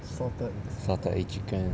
salted egg chicken